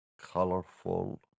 colorful